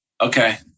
Okay